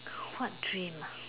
what dream ah